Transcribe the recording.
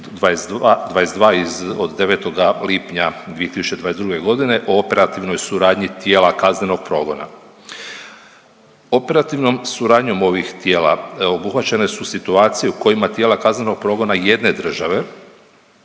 22 iz od 9. lipnja 2022. g. o operativnoj suradnji tijela kaznenog progona. Operativnom suradnjom ovih tijela obuhvaćene su situacije u kojima tijela kaznenog progona jedne države